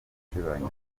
gusebanya